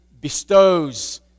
bestows